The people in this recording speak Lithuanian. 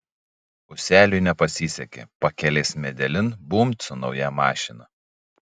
ūseliui nepasisekė pakelės medelin bumbt su nauja mašina